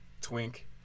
twink